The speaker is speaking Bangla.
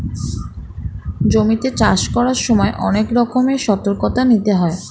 জমিতে চাষ করার সময় অনেক রকমের সতর্কতা নিতে হয়